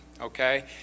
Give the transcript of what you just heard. okay